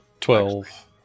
twelve